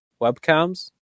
webcams